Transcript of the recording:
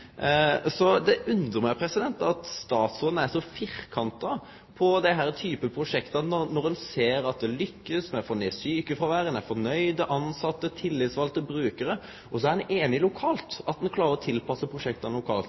Så det undrar meg at statsråden er så firkanta når det gjeld denne typen prosjekt, når ein ser at ein har lukkast med å få ned sjukefråveret, ein har fornøgde tilsette, tillitsvalde og brukarar. Ein er òg einig lokalt, ein klarer å tilpasse prosjekta lokalt.